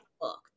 book